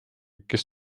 kes